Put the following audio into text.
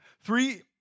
three